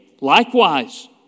Likewise